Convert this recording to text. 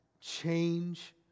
change